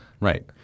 right